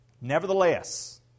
Nevertheless